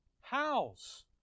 House